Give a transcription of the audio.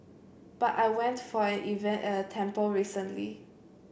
but I went for an event at a temple recently